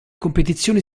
competizioni